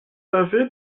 avez